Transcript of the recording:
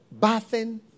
bathing